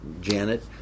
janet